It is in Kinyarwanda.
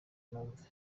numve